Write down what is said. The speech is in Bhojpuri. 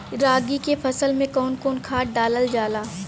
रागी के फसल मे कउन कउन खाद डालल जाला?